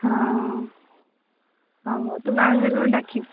ହଁ ହଉ ହଉ ତୁ ବାହାଘରରେ ମୋତେ ଡାକିବୁ